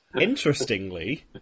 Interestingly